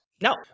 No